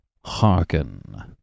Hearken